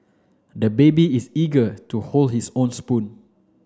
the baby is eager to hold his own spoon